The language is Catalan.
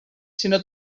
sinó